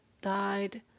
died